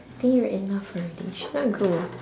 think you're enough already should not grow